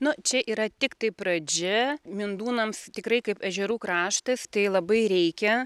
nu čia yra tiktai pradžia mindūnams tikrai kaip ežerų kraštas tai labai reikia